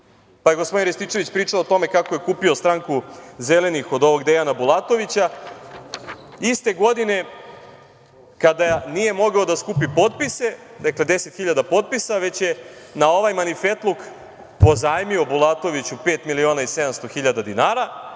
Pa, je gospodin Rističević pričao o tome kako je kupio stranku Zelenih od ovog Dejana Bulatovića, iste godine kada nije mogao da skupi potpise, dakle, 10.000 potpisa, već je na ovaj marifetluk pozajmio Bulatoviću 5.700.000 dinara,